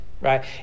right